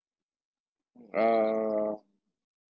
uh